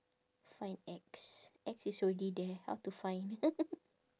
find X X is already there how to find